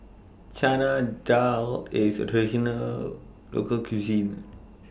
Chana Dal IS A Traditional Local Cuisine